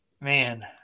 man